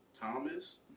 Thomas